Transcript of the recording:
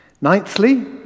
Ninthly